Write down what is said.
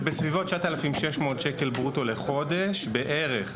9,600 שקל ברוטו לחודש, בערך,